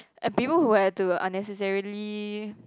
and people who had to unnecessarily